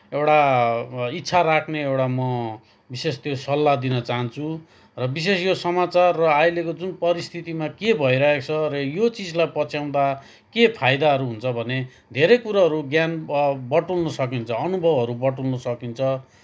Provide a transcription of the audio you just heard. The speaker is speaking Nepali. एउटा इच्छा राख्ने एउटा म विशेष त्यो सल्लाह दिन चाहन्छु र विशेष यो समाचार र अहिलेको जुन परिस्थितिमा के भइरहेको छ र यो चिजलाई पछ्याउँदा के फाइदाहरू हुन्छ भने धेरै कुराहरू ज्ञान बटुल्न सकिन्छ अनुभवहरू बटुल्न सकिन्छ